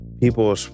people